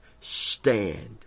stand